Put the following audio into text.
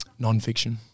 nonfiction